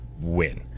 win